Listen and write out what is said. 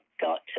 got